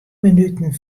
minuten